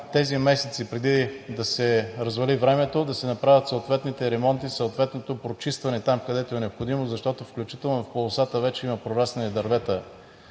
тези месеци, преди да се развали времето, да се направят съответните ремонти, съответното прочистване – там където е необходимо, защото, включително в полосата, вече има прораснали дървета.